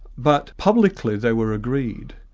but publicly they were agreed,